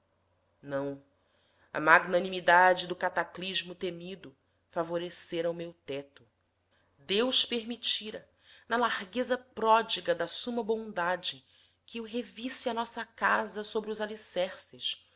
não a magnanimidade do cataclismo temido favorecera o meu teto deus permitira na largueza pródiga da sua bondade que eu revisse a nossa casa sobre os alicerces